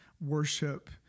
worship